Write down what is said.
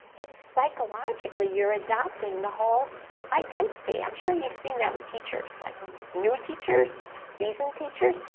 it's psychologically you're adopting the whole identity. i'm sure you've seen that with teachers like new teachers, seasoned teachers,